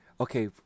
okay